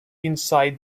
inside